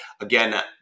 again